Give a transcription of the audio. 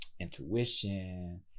intuition